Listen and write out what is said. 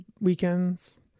weekends